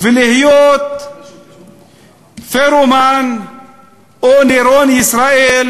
ולהיות פירומן או נירון-ישראל,